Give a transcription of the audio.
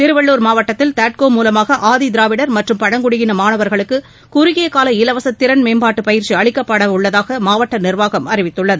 திருவள்ளுர் மாவட்டத்தில் தாட்கோ மூலமாக ஆதி திராவிடர் மற்றும் பழங்குடியின மாணவர்களுக்கு குறுகிய கால இவைச திறன் மேம்பாட்டு பயிற்சி அளிக்கப்படவுள்ளதாக மாவட்ட நிர்வாகம் அறிவித்துள்ளது